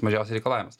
mažiausias reikalavimas